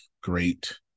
great